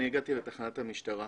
אני הגעתי לתחנת המשטרה.